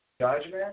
judgment